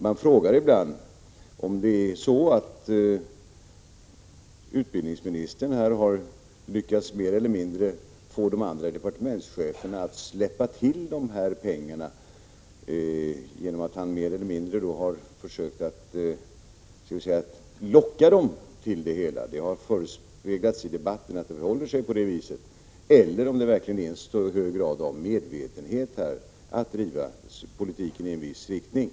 Man frågar ibland om det är så att utbildningsministern har lyckats få de andra departementscheferna att släppa till dessa pengar genom att han försökt att mer eller mindre locka dem till detta — det har förespeglats i debatten att det förhåller sig på det viset — eller om det verkligen handlar om en hög grad av medvetenhet när det gäller att driva politiken i en viss riktning.